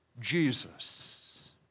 Jesus